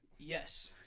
Yes